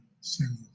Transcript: single